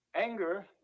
anger